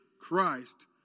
Christ